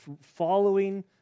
following